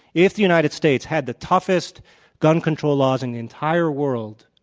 if the united states had the toughest gun control laws in the entire world,